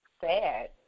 sad